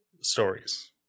stories